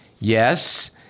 Yes